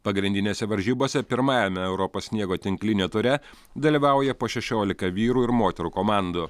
pagrindinėse varžybose pirmajame europos sniego tinklinio ture dalyvauja po šešiolika vyrų ir moterų komandų